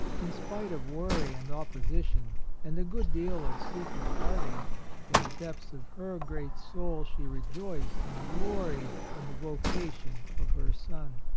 in spite of worry and opposition and a good deal of secret heartache, in the depths of her great soul she rejoiced and gloried in the vocation of her son.